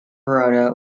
verona